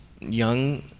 young